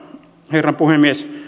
herra puhemies